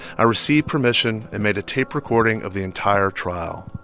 i received permission and made a tape recording of the entire trial.